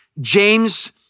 James